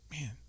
man